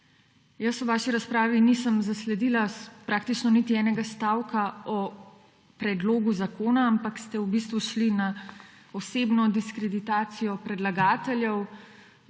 Jaz v vaši razpravi nisem zasledila praktično niti enega stavka o predlogu zakona, ampak ste v bistvu šli na osebno diskreditacijo predlagateljev,